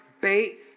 bait